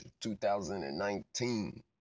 2019